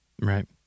Right